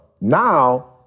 now